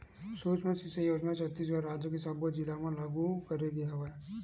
सुक्ष्म सिचई योजना ल छत्तीसगढ़ राज के सब्बो जिला म लागू करे गे हवय